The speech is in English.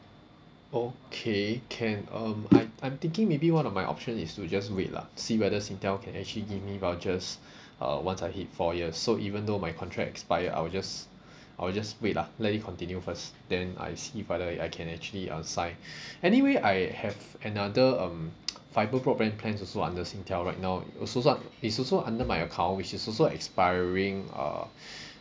okay can um I'm I'm thinking maybe one of my option is to just wait lah see whether Singtel can actually give me vouchers uh once l hit four years so even though my contract expire I will just I will just wait lah let it continue first then I see whether I I can actually uh sign anyway I have another um fibre broadband plans also under Singtel right now it also so ah it's also under my account which is also expiring uh